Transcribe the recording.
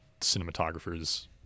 cinematographers